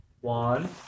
one